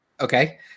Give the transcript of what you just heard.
Okay